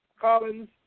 Collins